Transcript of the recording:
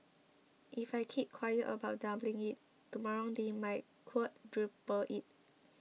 if I keep quiet about doubling it tomorrow they might quadruple it